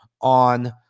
on